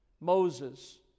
Moses